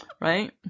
Right